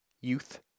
youth